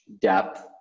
depth